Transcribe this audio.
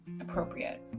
appropriate